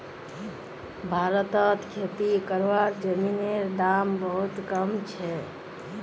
भारतत खेती करवार जमीनेर दाम बहुत कम छे